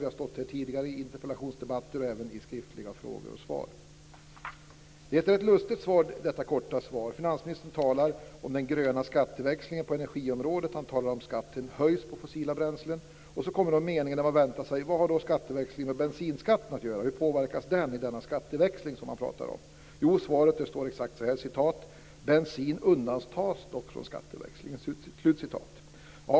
Vi har stått här tidigare i interpellationsdebatter och även utväxlat skriftliga frågor och svar. Detta korta svar är ett rätt lustigt svar. Finansministern talar om den gröna skatteväxlingen på energiområdet. Han talar om att skatten höjs på fossila bränslen. Sedan kommer meningen där man väntar sig att få veta vad skatteväxlingen har med bensinskatten att göra. Hur påverkas den i den skatteväxling som han pratar om? I svaret står det exakt så här: "Bensin undantas dock från skatteväxlingen."